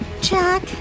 Jack